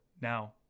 Now